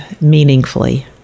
meaningfully